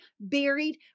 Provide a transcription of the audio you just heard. buried